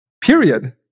Period